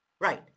Right